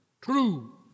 true